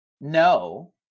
No